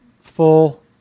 full